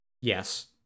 Yes